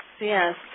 yes